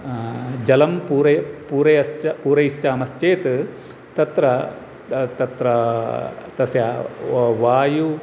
जलं पूरयि पूरश्च पूरयिश्चामश्चेत् तत्र तत्र तस्य वायु